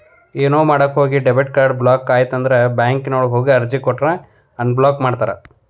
ಏನೋ ಮಾಡಕ ಹೋಗಿ ಡೆಬಿಟ್ ಕಾರ್ಡ್ ಬ್ಲಾಕ್ ಆಯ್ತಂದ್ರ ಬ್ಯಾಂಕಿಗ್ ಹೋಗಿ ಅರ್ಜಿ ಕೊಟ್ರ ಅನ್ಬ್ಲಾಕ್ ಮಾಡ್ತಾರಾ